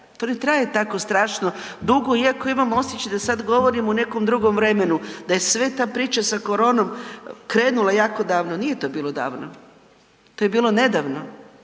To ne traje tako strašno dugo, iako imam osjećaj da sada govorim o nekom drugom vremenu, da je sva ta priča sa koronom krenula jako davno. Nije to bilo davno, to je bilo nedavno,